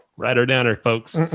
right? or down or folks.